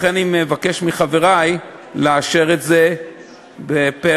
לכן אני מבקש מחברי לאשר את זה פה-אחד,